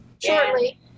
Shortly